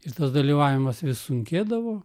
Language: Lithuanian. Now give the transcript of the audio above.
ir tas dalyvavimas vis sunkėdavo